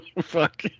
Fuck